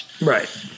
right